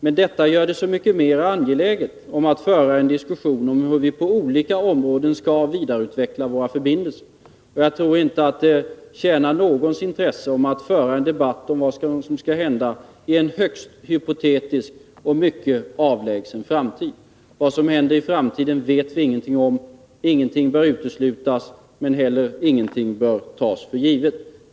Men detta gör det så mycket mer angeläget att föra en diskussion om hur vi på olika områden skall vidareutveckla våra förbindelser. Jag tror inte att det tjänar någons intresse att föra en debatt om vad som skall hända i en högst hypotetisk och mycket avlägsen framtid. Vad som kommer att hända i framtiden vet vi ingenting om. Ingenting bör uteslutas, men ingenting bör heller tas för givet.